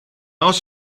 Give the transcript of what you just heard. oes